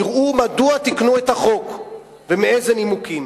תראו מדוע תיקנו את החוק ומאילו נימוקים,